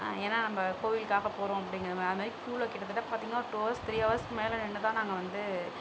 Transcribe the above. ஏன்னா நம்ம கோயிலுக்காக போகிறோம் அப்படிங்குற மாதிரி அது மாதிரி கியூவில் கிட்டத்தட்ட பார்த்தீங்னா டூ ஹவர்ஸ் த்ரீ ஹவர்ஸ்க்கு மேல் நின்று தான் நாங்கள் வந்து